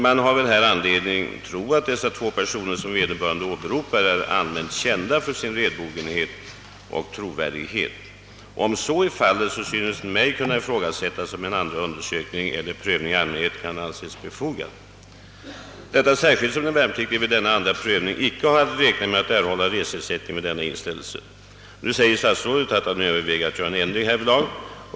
Man har väl anledning tro att de två personer sökanden åberopar är allmänt kända för redbarhet och trovärdighet. Och därest så är fallet synes det mig kunna ifrågasättas, om en andra undersökning eller prövning i allmänhet kan anses befogad, särskilt som den värnpliktige vid denna andra prövning inte kan räkna med att erhålla reseersättning för inställelsen. Nu säger statsrådet att han överväger att vidta en ändring härvidlag.